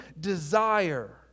desire